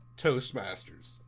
Toastmasters